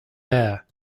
air